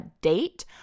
date